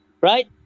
right